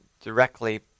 directly